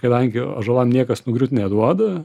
kadangi ąžuolam niekas nugriūt neduoda